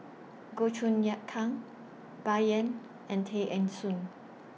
Goh Choon Kang Bai Yan and Tay Eng Soon